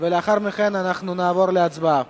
ולאחר מכן אנחנו נעבור להצבעה.